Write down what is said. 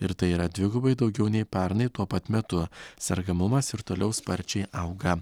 ir tai yra dvigubai daugiau nei pernai tuo pat metu sergamumas ir toliau sparčiai auga